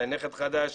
לנכד חדש,